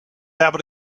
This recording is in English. able